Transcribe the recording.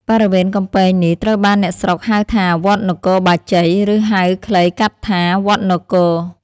បរិវេណកំពែងនេះត្រូវបានអ្នកស្រុកហៅថា វត្តនគរបាជ័យ ឬហៅខ្លីកាត់ថា វត្តនគរៗ ។